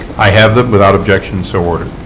i have them. without objection, so ordered.